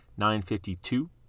952